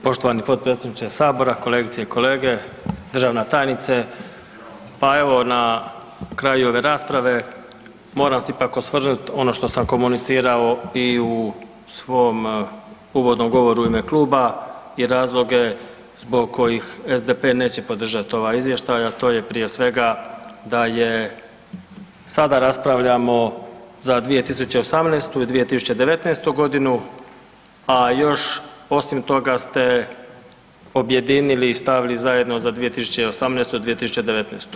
Poštovani potpredsjedniče sabora, kolegice i kolege, državna tajnice, pa evo na kraju ove rasprave moram se ipak osvrnuti ono što sam komunicirao i u svom uvodnom govoru i ime kluba i razloge zbog kojih SDP neće podržati ovaj izvještaj, a to je prije svega da je sada raspravljamo za 2018. i 2019. godinu, a još osim toga ste objedinili i stavili zajedno za 2018., 2019.